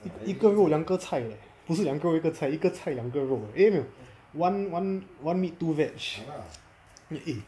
一一个肉两个菜 eh 不是两个肉一个菜是一个菜两个肉 eh 没有 one one one one meat two veg meat eh